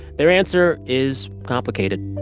their answer is complicated